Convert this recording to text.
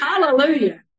Hallelujah